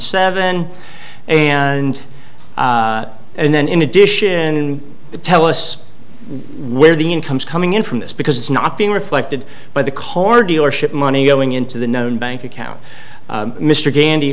seven and and then in addition to tell us where the incomes coming in from this because it's not being reflected by the core dealership money going into the known bank account mr gandy